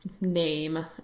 name